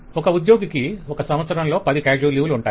ఒక ఉద్యోగికి ఒక సంవత్సరంలో పది కాజువల్ లీవ్ లు ఉంటాయి